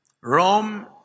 Rome